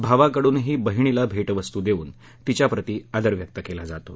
भावाकडूनही बहिणीला भेटवस्तू देऊन तिच्याप्रती आदर व्यक्त केला जातो